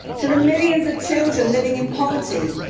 to the millions of children living in poverty,